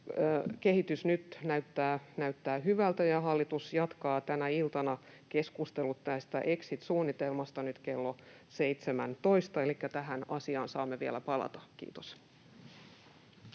Kehitys näyttää nyt hyvältä, ja hallitus jatkaa keskustelua tästä exit-suunnitelmasta tänä iltana kello 17, elikkä tähän asiaan saamme vielä palata. — Kiitos.